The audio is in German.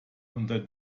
unter